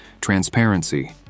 transparency